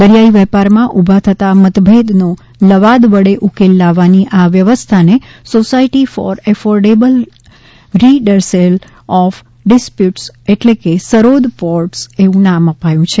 દરિયાઈ વેપારમાં ઊભા થતાં મતભેદ નો લવાદ વડે ઉકેલ લાવવાની આ વ્યવસ્થાને society for affordable redressal of disputes એટ઼લે કે સરોદ પોર્ટ઼સ એવું નામ અપાયું છે